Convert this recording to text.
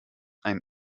ein